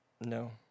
No